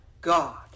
God